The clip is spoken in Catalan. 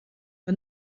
que